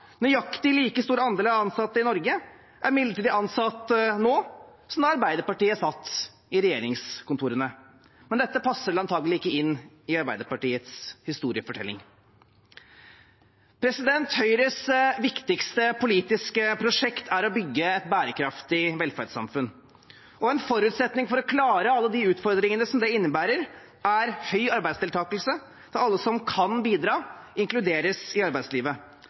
nøyaktig like stor andel av ansatte i Norge er midlertidig ansatt nå som da Arbeiderpartiet satt i regjeringskontorene. Men dette passer vel antagelig ikke inn i Arbeiderpartiets historiefortelling. Høyres viktigste politiske prosjekt er å bygge et bærekraftig velferdssamfunn, og en forutsetning for å klare alle de utfordringene som det innebærer, er høy arbeidsdeltakelse, at alle som kan bidra, inkluderes i arbeidslivet.